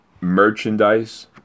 merchandise